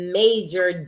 major